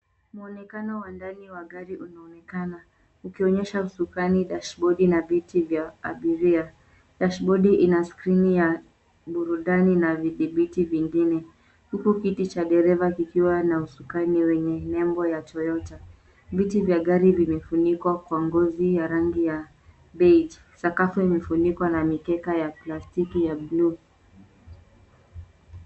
Muonekano wa ndani wa gari unaonekana ukionyesha usukani, dashibodi na viti vya abiria. Dashibodi ina skrini ya burudani na vidhibiti vingine, huku kiti cha dereva kikiwa na usukani wenye nembo ya Toyota. Viti vya gari vimefunikwa kwa ngozi ya rangi ya beige . Sakafu imefunikwa na mikeka ya plastiki ya bluu.